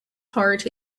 heart